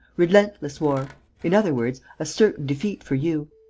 relentless war in other words, a certain defeat for you.